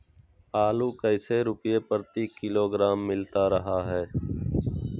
आलू कैसे रुपए प्रति किलोग्राम मिलता रहा है?